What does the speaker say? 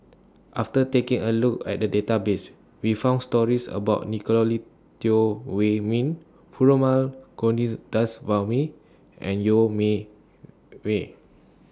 after taking A Look At The Database We found stories about Nicolette Teo Wei Min Perumal Govindaswamy and Yeo Me Wei